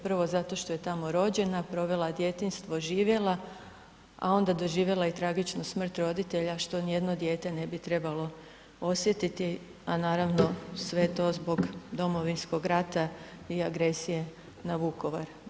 Prvo, zato što je tamo rođena, provela djetinjstvo, živjela, a onda doživjela i tragičnu smrt roditelja, što nijedno dijete ne bi trebalo osjetiti, a naravno, sve to zbog Domovinskog rata i agresije na Vukovar.